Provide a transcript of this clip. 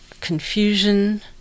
confusion